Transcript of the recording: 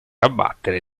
abbattere